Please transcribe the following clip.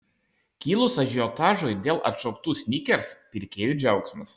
kilus ažiotažui dėl atšauktų snickers pirkėjų džiaugsmas